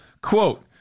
Quote